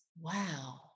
wow